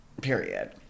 period